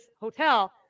hotel